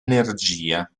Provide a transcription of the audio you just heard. energia